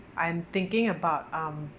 I'm thinking about um